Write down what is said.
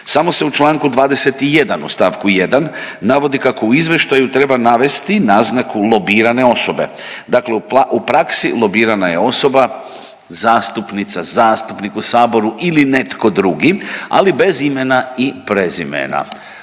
samo se u članku 21. u stavku 1. navodi kako u izvještaju treba navesti naznaku lobirane osobe. Dakle u praksi lobirana je osoba zastupnica, zastupnik u Saboru ili netko drugi ali bez imena i prezimena.